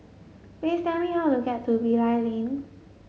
please tell me how to get to Bilal Lane